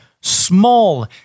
small